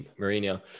Mourinho